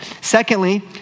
Secondly